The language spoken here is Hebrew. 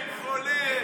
זקנים, חולים.